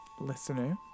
listener